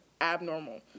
abnormal